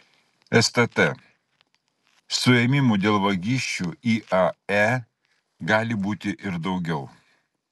stt suėmimų dėl vagysčių iae gali būti ir daugiau